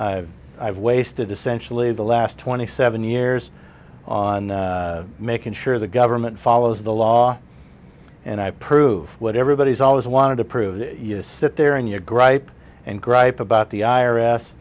i've wasted essentially the last twenty seven years on making sure the government follows the law and i prove what everybody's always wanted to prove you sit there in your gripe and gripe about the i